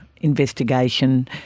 investigation